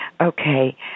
Okay